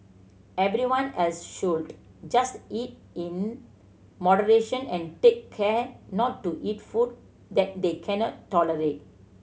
everyone else should just eat in moderation and take care not to eat food that they cannot tolerate